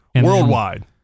Worldwide